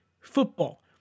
football